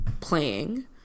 playing